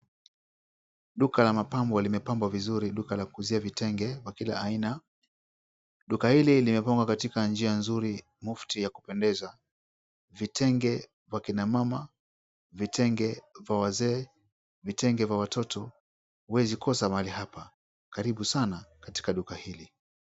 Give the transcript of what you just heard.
Duka la mapambo limepambwa vizuri, duka la kuuzia vitenge vya kila aina, duka hili limepangwa katika njia nzuri mufti ya kupendeza. Vitenge vya kina mama ,vitenge vya wazee, vitenge vya watoto huwezi kosa mahali hapa, karibu sana katika duka hii.